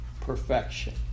perfection